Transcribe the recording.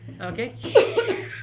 Okay